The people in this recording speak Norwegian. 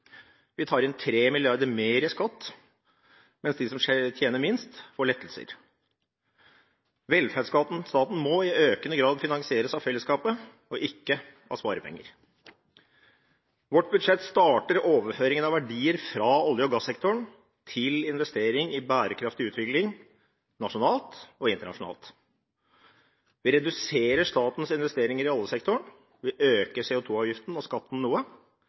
Vi tar inn 3 mrd. kr mer i skatt, mens de som tjener minst, får lettelser. Velferdsstaten må i økende grad finansieres av fellesskapet og ikke av sparepenger. Vårt budsjett starter ved overføringen av verdier fra olje- og gassektoren til investering i bærekraftig utvikling nasjonalt og internasjonalt. Vi reduserer statens investeringer i oljesektoren, vi øker CO2-avgiften og skatten noe,